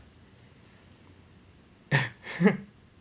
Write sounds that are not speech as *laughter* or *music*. *laughs*